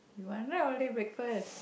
no wonder only breakfast